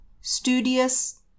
studious